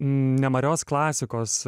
nemarios klasikos